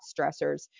stressors